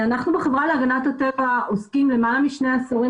אנחנו בחברה להגנת הטבע עוסקים למעלה משני עשורים